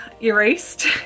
erased